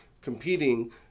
competing